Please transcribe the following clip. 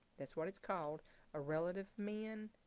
that's what it's called a relative min.